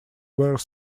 were